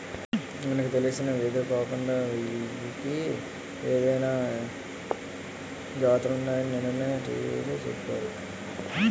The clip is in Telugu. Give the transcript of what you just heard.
మనకు తెలిసిన వెదురే కాకుండా వెయ్యికి పైగా జాతులున్నాయని నిన్ననే టీ.వి లో చెప్పారు